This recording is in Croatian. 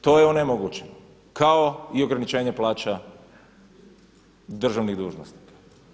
To je onemogućeno kao i ograničenje plaća državnih dužnosnika.